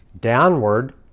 downward